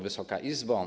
Wysoka Izbo!